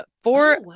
four